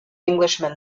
englishman